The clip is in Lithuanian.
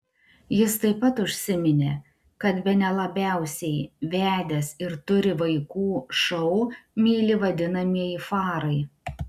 jis taip pat užsiminė kad bene labiausiai vedęs ir turi vaikų šou myli vadinamieji farai